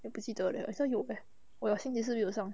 eh 不记得 leh 好像有呗我有星期四没有上